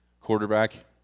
quarterback